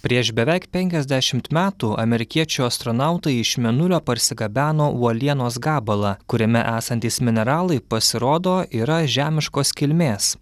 prieš beveik penkiasdešimt metų amerikiečių astronautai iš mėnulio parsigabeno uolienos gabalą kuriame esantys mineralai pasirodo yra žemiškos kilmės